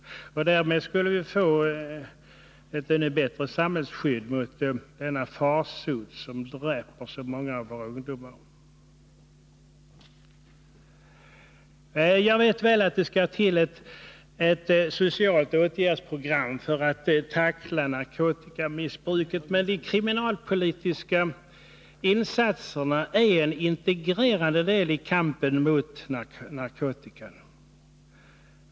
Därmed skulle vi få ett bättre samhällsskydd mot denna farsot som dräper så många av våra ungdomar. Jag vet väl att det skall till ett socialt åtgärdsprogram för att tackla narkotikamissbruket, men de kriminalpolitiska insatserna är en integrerad del i kampen mot narkotikan.